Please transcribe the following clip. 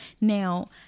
Now